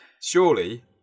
Surely